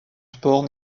sport